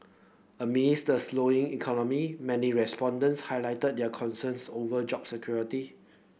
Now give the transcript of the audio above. amid's the slowing economy many respondents highlighted their concerns over job security